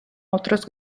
otros